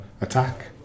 attack